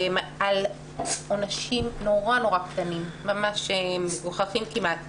על עונשים נורא קטנים, ממש מגוחכים כמעט,